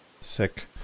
Sick